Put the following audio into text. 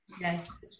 yes